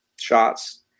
shots